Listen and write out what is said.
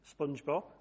SpongeBob